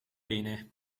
bene